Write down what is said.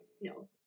no